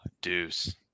Deuce